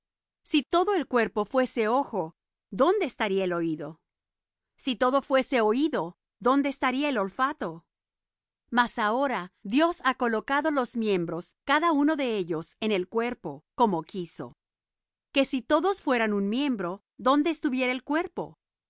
si todo el cuerpo fuese ojo dónde estaría el oído si todo fuese oído dónde estaría el olfato mas ahora dios ha colocado los miembros cada uno de ellos en el cuerpo como quiso que si todos fueran un miembro dónde estuviera el cuerpo